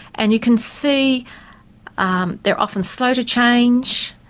and you can see um they're often slow to change,